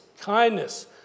kindness